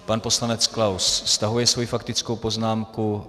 Pan poslanec Klaus stahuje svoji faktickou poznámku.